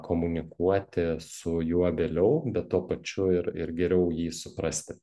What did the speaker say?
komunikuoti su juo vėliau bet tuo pačiu ir ir geriau jį suprasti